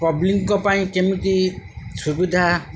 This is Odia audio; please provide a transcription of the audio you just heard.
ପବ୍ଲିକ୍ଙ୍କ ପାଇଁ କେମିତି ସୁବିଧା